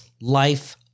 Life